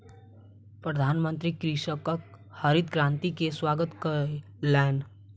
प्रधानमंत्री कृषकक हरित क्रांति के स्वागत कयलैन